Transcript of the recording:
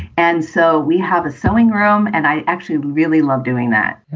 and so we have a sewing room. and i actually really love doing that.